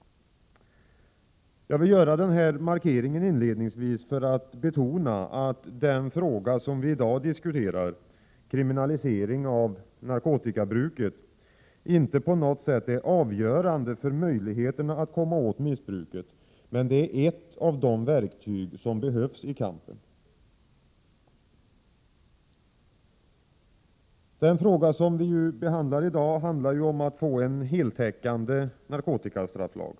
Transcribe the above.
Jag har inledningsvis velat göra denna markering för att betona att den fråga som vi i dag diskuterar — kriminalisering av narkotikabruket — inte på något sätt är avgörande för möjligheterna att komma åt missbruket. Men det är ett av de verktyg som behövs i kampen. Den fråga som vi behandlar i dag handlar om att få en heltäckande narkotikastrafflag.